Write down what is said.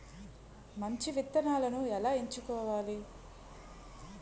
మంచి విత్తనాలను ఎలా ఎంచుకోవాలి?